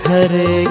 Hare